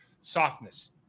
softness